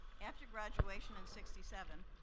after graduation in sixty seven,